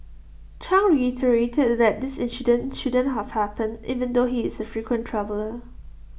chang reiterated that this incident shouldn't have happened even though he is A frequent traveller